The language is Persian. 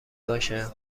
باشه